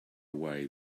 away